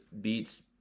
beats